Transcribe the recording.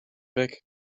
weg